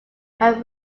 have